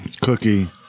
Cookie